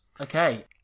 Okay